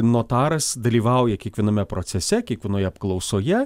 notaras dalyvauja kiekviename procese kiekvienoje apklausoje